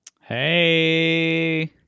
hey